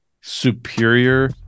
superior